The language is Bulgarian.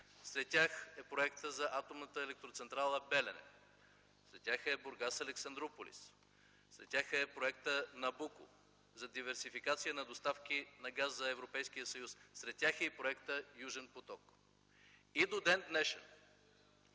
Сред тях е проектът за Атомната електроцентрала „Белене”, сред тях е „Бургас-Александруполис”, сред тях е проектът „Набуко” за диверсификация на доставки на газ за Европейския съюз, сред тях е и проектът „Южен поток”, но до ден днешен